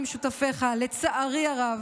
עם ממשלה שלא מצליחה לעשות שום דבר,